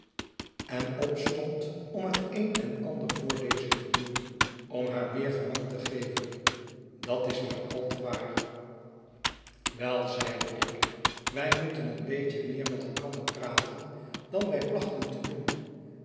en opstond om het een en ander voor deze te doen om haar meer gemak te geven dat is maar al te waar wei zeide ik wij moeten een beetje meer met elkander praten dan wij plachten te doen